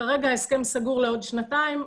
כרגע ההסכם סגור לעוד שנתיים,